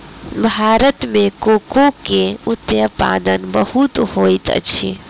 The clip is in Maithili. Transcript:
भारत में कोको के उत्पादन बहुत होइत अछि